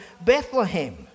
Bethlehem